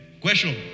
Question